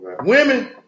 Women